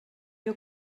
you